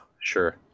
sure